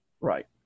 Right